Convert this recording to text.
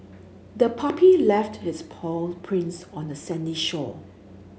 the puppy left its paw prints on the sandy shore